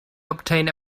obtain